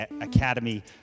academy